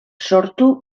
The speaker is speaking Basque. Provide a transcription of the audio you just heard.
sortu